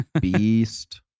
beast